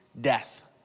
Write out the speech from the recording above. death